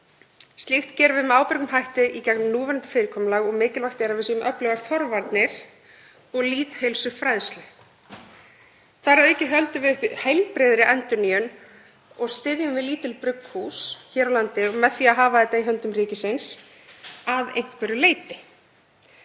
Slíkt gerum við með ábyrgum hætti í gegnum núverandi fyrirkomulag og mikilvægt er að við séum með öflugar forvarnir og lýðheilsufræðslu. Þar að auki höldum við uppi heilbrigðri endurnýjun og styðjum við lítil brugghús hér á landi með því að hafa þetta í höndum ríkisins að einhverju leyti,